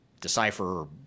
decipher